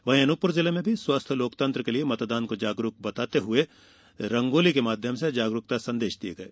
वहीं अनूपपुर जिले में भी स्वस्थ लोकतंत्र के लिये मतदान को जरूरी बताते हुए रंगोली के माध्यम से जागरूकता संदेश दिये गये